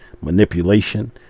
manipulation